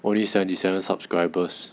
only seventy seven subscribers